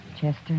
Chester